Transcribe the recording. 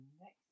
next